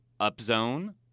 upzone